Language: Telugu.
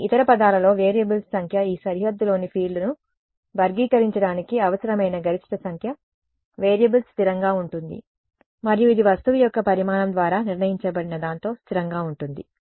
కొన్ని ఇతర పదాలలో వేరియబుల్స్ సంఖ్య ఈ సరిహద్దులోని ఫీల్డ్ను వర్గీకరించడానికి అవసరమైన గరిష్ట సంఖ్య వేరియబుల్స్ స్థిరంగా ఉంటుంది మరియు ఇది వస్తువు యొక్క పరిమాణం ద్వారా నిర్ణయించబడిన దానితో స్థిరంగా ఉంటుంది